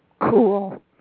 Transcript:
cool